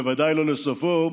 בוודאי לא לסופו,